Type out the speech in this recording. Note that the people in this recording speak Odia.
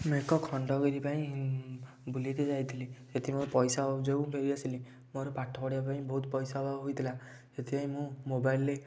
ମୁଁ ଏକ ଖଣ୍ଡଗିରି ପାଇଁ ବୁଲିତେ ଯାଇଥିଲି ସେଇଠି ମୁଁ ପଇସା ଯୋଗୁଁ ଫେରି ଆସିଲି ମୋର ପାଠ ପଢ଼ିବା ପାଇଁ ବହୁତ ପଇସା ଅଭାବ ହୋଇଥିଲା ସେଥିପାଇଁ ମୁଁ ମୋବାଇଲରେ